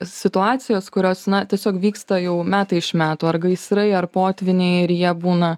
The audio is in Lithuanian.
situacijos kurios na tiesiog vyksta jau metai iš metų ar gaisrai ar potvyniai ir jie būna